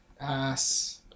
Ass